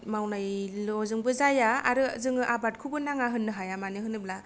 मावनायल'जोंबो जाया आरो जोङो आबादखौबो नाङा होननो हाया मानो होनोब्ला